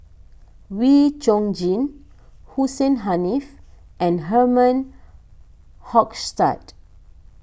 Wee Chong Jin Hussein Haniff and Herman Hochstadt